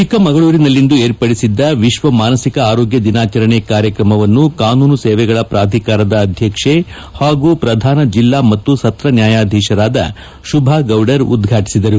ಚಿಕ್ಕಮಗಳೂರಿನಲ್ಲಿಂದು ಏರ್ಪಡಿಸಿದ್ದ ವಿಶ್ವ ಮಾನಸಿಕ ಆರೋಗ್ಯ ದಿನಾಚರಣೆ ಕಾರ್ಯಕ್ರಮವನ್ನು ಕಾನೂನು ಸೇವೆಗಳ ಪ್ರಾಧಿಕಾರದ ಅಧ್ಯಕ್ಷೆ ಹಾಗೂ ಪ್ರಧಾನ ಜಿಲ್ಲಾ ಮತ್ತು ಸತ್ರ ನ್ಯಾಯಾಧೀಶರಾದ ಶುಭಗೌಡರ್ ಉದ್ವಾಟಿಸಿದರು